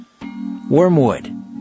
Wormwood